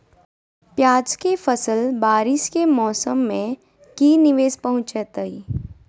प्याज के फसल बारिस के मौसम में की निवेस पहुचैताई?